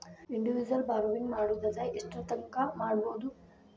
Individual borrowing ಮಾಡೊದಾರ ಯೆಷ್ಟರ್ತಂಕಾ ಮಾಡ್ಬೋದು?